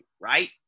right